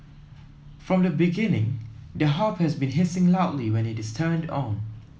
from the beginning the hob has been hissing loudly when it is turned on